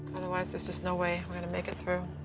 otherwise it's just no way i'm going to make it through.